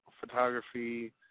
photography